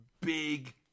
big